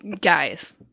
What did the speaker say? Guys